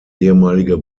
ehemalige